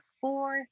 four